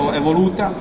evoluta